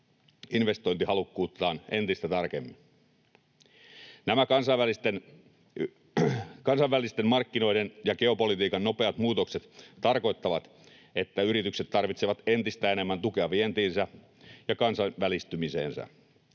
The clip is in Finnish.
investointihalukkuuttaan entistä tarkemmin. Nämä kansainvälisten markkinoiden ja geopolitiikan nopeat muutokset tarkoittavat, että yritykset tarvitsevat entistä enemmän tukea vientiinsä ja kansainvälistymiseensä.